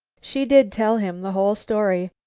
she did tell him the whole story.